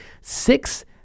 six